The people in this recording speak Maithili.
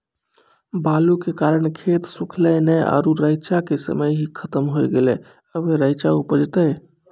बालू के कारण खेत सुखले नेय आरु रेचा के समय ही खत्म होय गेलै, अबे रेचा उपजते?